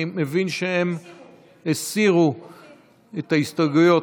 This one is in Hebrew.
אני מבין שהם הסירו את ההסתייגויות.